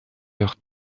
leurs